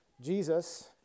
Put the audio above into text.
Jesus